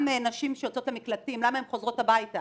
נשים שיוצאים מהמקלטים למה הן חוזרות הביתה